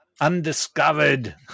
Undiscovered